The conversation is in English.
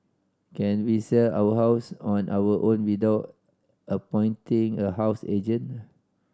can we sell our house on our own without appointing a housing agent